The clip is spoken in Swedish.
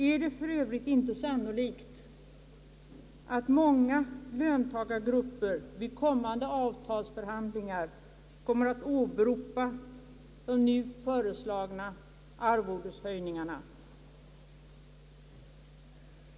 Är det för övrigt inte sannolikt att många löntagargrupper vid kommande avtalsförhandlingar kommer att åberopa de nu föreslagna arvodeshöjningarna?